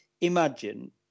imagine